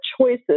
choices